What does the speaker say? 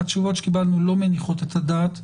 התשובות שקיבלנו לא מניחות את הדעת,